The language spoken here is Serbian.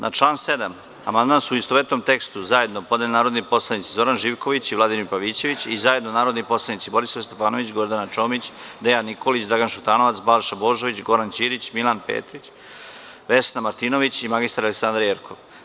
Na član 7. amandman su, u istovetnom tekstu, zajedno podneli narodni poslanici Zoran Živković i Vladimir Pavićević i zajedno narodni poslanici Borislav Stefanović, Gordana Čomić, Dejan Nikolić, Dragan Šutanovac, Balša Božović, Goran Ćirić, Milan Petrić, Vesna Martinović i mr Aleksandra Jerkov.